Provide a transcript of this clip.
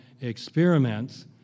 experiments